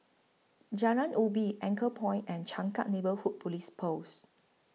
Jalan Ubi Anchorpoint and Changkat Neighbourhood Police Post